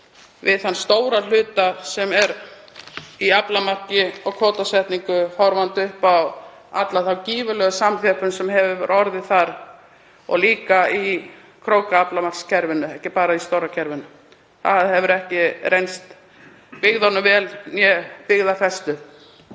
við stóra hlutann sem er í aflamarki og kvótasetningu, horfandi upp á alla þá gífurlegu samþjöppun sem hefur orðið þar og líka í krókaaflamarkskerfinu. Það hefur ekki reynst byggðunum vel né byggðafestu.